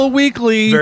weekly